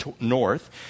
north